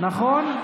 נכון?